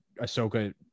ahsoka